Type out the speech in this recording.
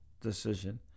decision